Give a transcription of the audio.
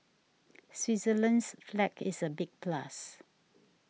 Switzerland's flag is a big plus